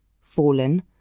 fallen